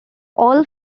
all